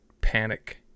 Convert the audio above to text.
panic